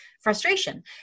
frustration